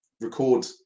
record